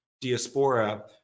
diaspora